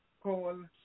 call